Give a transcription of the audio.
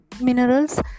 minerals